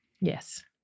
Yes